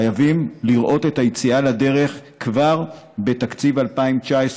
חייבים לראות את היציאה לדרך כבר בתקציב 2019,